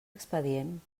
expedient